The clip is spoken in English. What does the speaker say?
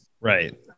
Right